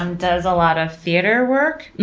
who does a lot of theater work.